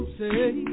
say